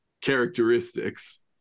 characteristics